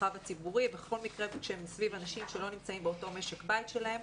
במרחב הציבורי בכל מקרה שהם סביב אנשים שלא נמצאים באותו משק בית שלהם,